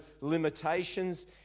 limitations